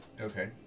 Okay